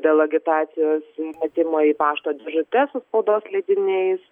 dėl agitacijos metimo į pašto dėžutes su spaudos leidiniais